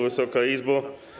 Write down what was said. Wysoka Izbo!